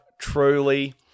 truly